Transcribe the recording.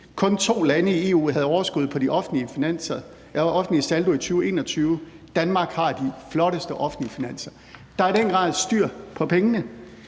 Kun to lande i EU havde overskud på den offentlige saldo i 2021 - Danmark har de flotteste offentlige finanser. Der er i den grad styr på pengene.